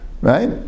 right